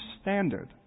standard